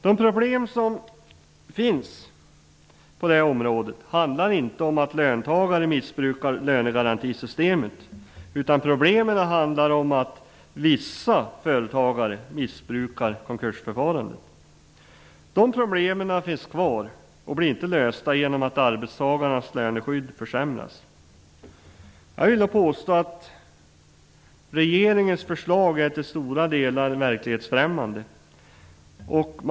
De problem som finns på det här området handlar inte om att löntagare missbrukar lönegarantisystemet. Problemen handlar om att vissa företagare missbrukar konkursförfarandet. Dessa problem finns kvar och blir inte lösta genom att arbetstagarnas löneskydd försämras. Jag vill påstå att regeringens förslag till stora delar är verklighetsfrämmande.